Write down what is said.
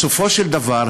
בסופו של דבר,